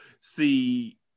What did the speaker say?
see